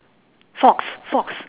fox fox